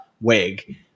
wig